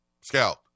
scout